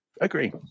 Agree